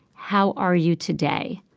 how are you today?